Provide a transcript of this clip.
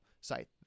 site